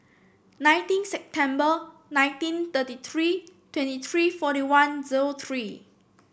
nineteen September nineteen thirty three twenty three forty one zero three